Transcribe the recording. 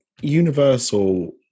Universal